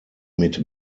mit